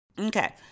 okay